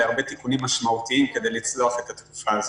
להרבה תיקונים משמעותיים כדי לצלוח את התקופה הזאת.